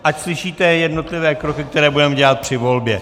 Ať slyšíte jednotlivé kroky, které budeme dělat při volbě.